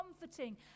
comforting